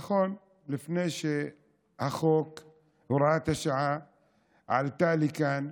נכון, לפני שהחוק עלה לכאן,